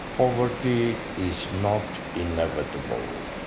poverty is not inevitable.